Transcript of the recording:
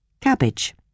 Cabbage